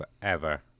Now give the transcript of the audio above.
forever